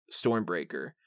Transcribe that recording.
Stormbreaker